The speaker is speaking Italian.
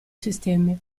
sistemi